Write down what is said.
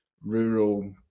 rural